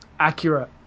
accurate